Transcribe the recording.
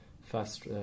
fast